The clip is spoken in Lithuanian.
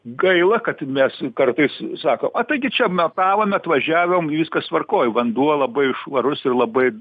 gaila kad mes kartais sako a taigi čia matavom atvažiavom viskas tvarkoj vanduo labai švarus ir labai